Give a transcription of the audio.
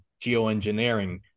geoengineering